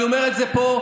אני אומר את זה פה.